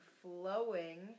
flowing